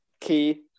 key